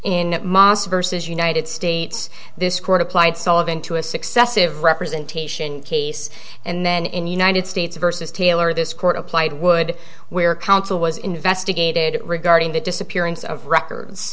in moscow versus united states this court applied sullivan to a successive representation case and then in united states versus taylor this court applied would where counsel was investigated regarding the disappearance of records